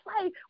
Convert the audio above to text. play